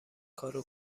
کارو